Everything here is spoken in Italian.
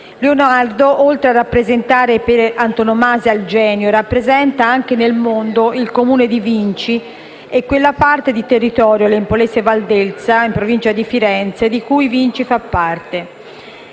Leonardo, oltre a rappresentare per antonomasia il genio, rappresenta anche nel mondo il Comune di Vinci e quella parte di territorio (l'Empolese Valdelsa, in provincia di Firenze) di cui Vinci fa parte,